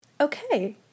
okay